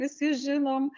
visi žinom